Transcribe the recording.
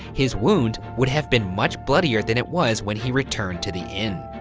his wound would have been much bloodier than it was when he returned to the inn.